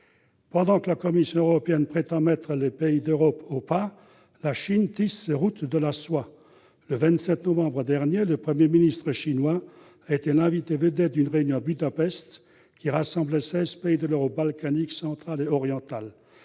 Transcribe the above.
Pendant que la Commission européenne prétend mettre les pays d'Europe au pas, la Chine tisse ses routes de la soie. Le 27 novembre dernier, le Premier ministre chinois était l'invité vedette d'une réunion à Budapest, qui rassemblait seize pays de l'Europe balkanique, centrale et orientale.